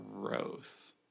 growth